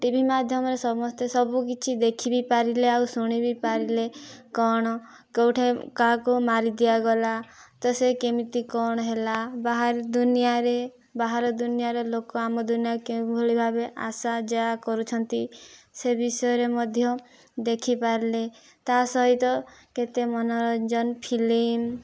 TV ମାଧ୍ୟମରେ ସମସ୍ତେ ସବୁ କିଛି ଦେଖିବି ପାରିଲେ ଆଉ ଶୁଣିବି ପାରିଲେ କ'ଣ କୋଉଠେ କାହାକୁ ମାରିଦିଆ ଗଲା ତ ସେ କେମିତି କ'ଣ ହେଲା ବାହାରେ ଦୁନିଆରେ ବାହାର ଦୁନିଆରେ ଲୋକ ଆମ ଦୁନିଆକୁ କେଉଁ ଭଳି ଭାବେ ଆସା ଯାଆ କରୁଛନ୍ତି ସେ ବିଷୟରେ ମଧ୍ୟ ଦେଖିପାରିଲେ ତା ସହିତ କେତେ ମନୋରଞ୍ଜନ ଫିଲ୍ମ